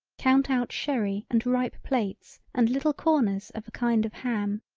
count out sherry and ripe plates and little corners of a kind of ham.